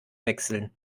wechseln